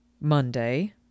Monday